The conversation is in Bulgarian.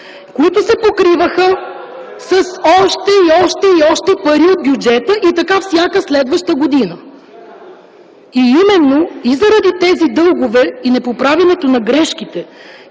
които се покриваха с още и още, и още пари от бюджета? И така – всяка следваща година. Именно в тези дългове и в непоправянето на грешките,